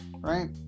right